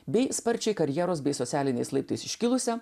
bei sparčiai karjeros bei socialiniais laiptais iškilusią